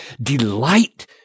delight